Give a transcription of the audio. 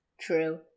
True